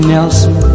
Nelson